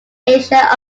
asia